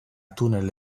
tunel